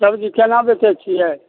सब्जी केना बेचै छियै